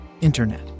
Internet